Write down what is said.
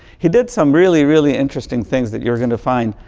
he did some really, really interesting things that you're going to find